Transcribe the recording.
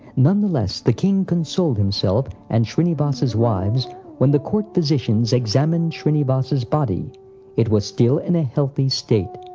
nonetheless, the king consoled himself and shrinivas's wives when the court physicians examined shrinivas's body it was still in a healthy state.